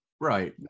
right